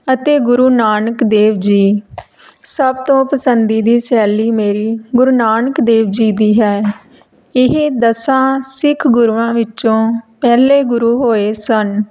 ਅਤੇ ਗੁਰੂ ਨਾਨਕ ਦੇਵ ਜੀ ਸਭ ਤੋਂ ਪਸੰਦੀ ਦੀ ਸ਼ੈਲੀ ਮੇਰੀ ਗੁਰੂ ਨਾਨਕ ਦੇਵ ਜੀ ਦੀ ਹੈ ਇਹ ਦਸਾਂ ਸਿੱਖ ਗੁਰੂਆਂ ਵਿੱਚੋਂ ਪਹਿਲੇ ਗੁਰੂ ਹੋਏ ਸਨ